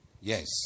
Yes